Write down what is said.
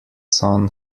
son